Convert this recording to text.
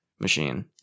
machine